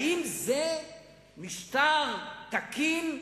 האם זה משטר תקין?